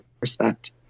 respect